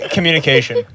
Communication